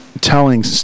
telling